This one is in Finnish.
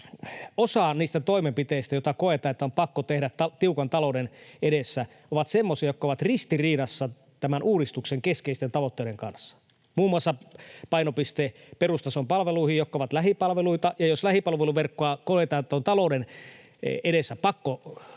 osa niistä toimenpiteistä, joita koetaan, että on pakko tehdä tiukan talouden edessä, on semmoisia, jotka ovat ristiriidassa tämän uudistuksen keskeisten tavoitteiden kanssa. Muun muassa painopiste perustason palveluihin, jotka ovat lähipalveluita: jos koetaan, että lähipalveluverkkoa on talouden edessä pakko leikata